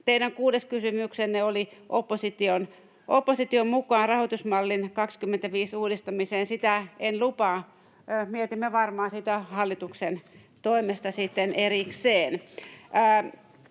Teidän kuudes kysymyksenne liittyi opposition mukaan rahoitusmallin 25 uudistamiseen. Sitä en lupaa. Mietimme varmaan sitä hallituksen toimesta sitten erikseen.